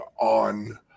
on